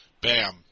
bam